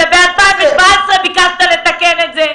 שב-2017 ביקשת לתקן את זה.